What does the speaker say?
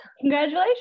Congratulations